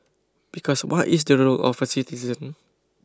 because what is the role of a citizen